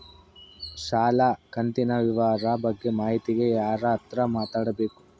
ಸಾಲ ಕಂತಿನ ವಿವರ ಬಗ್ಗೆ ಮಾಹಿತಿಗೆ ಯಾರ ಹತ್ರ ಮಾತಾಡಬೇಕು?